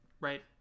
right